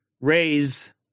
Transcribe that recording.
raise